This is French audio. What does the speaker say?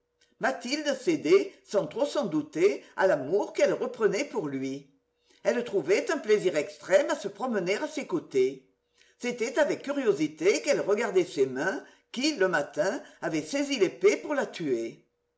mathilde cédait sans trop s'en douter à l'amour qu'elle reprenait pour lui elle trouvait un plaisir extrême à se promener à ses côtés c'était avec curiosité qu'elle regardait ces mains qui le matin avaient saisi l'épée pour la tuer